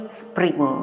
spring